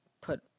put